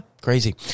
crazy